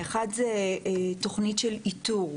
האחד זה תוכנית של איתור,